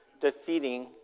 defeating